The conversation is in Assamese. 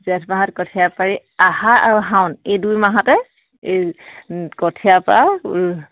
জেঠ মাহত কঠিয়া পাৰি আহাৰ আৰু শাওন এই দুই মাহতে এই কঠিয়া পৰা